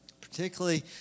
Particularly